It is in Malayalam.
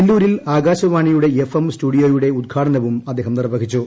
നെല്ലൂരിൽ ആകാശവാണിയുടെ ് എഫ് എം സ്റ്റുഡിയോയുടെ ഉദ്ഘാടനവും അദ്ദേഹം നിർവഹിച്ചു